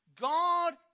god